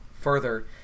further